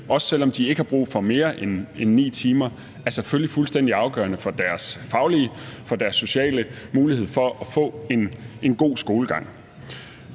også selv om de ikke har brug for mere end 9 timer, er selvfølgelig fuldstændig afgørende for deres faglighed og for deres sociale mulighed for at få en god skolegang.